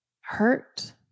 hurt